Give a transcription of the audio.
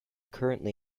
currently